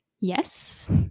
Yes